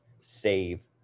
save